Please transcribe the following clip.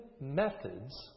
methods